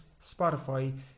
Spotify